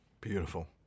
Beautiful